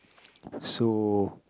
so